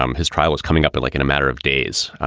um his trial was coming up in like in a matter of days